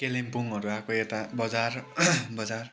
कालिम्पोङहरू आएको यता बजार बजार